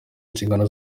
inshingano